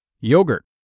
Yogurt